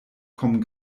kommen